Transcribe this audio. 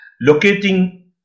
locating